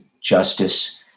justice